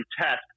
test